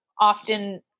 often